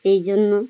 এই জন্য